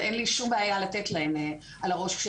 ואין לי שום בעיה לתת להם על הראש.